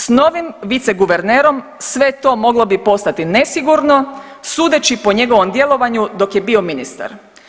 S novim viceguvernerom sve to moglo bi postati nesigurno sudeći po njegovom djelovanju dok je bio ministar.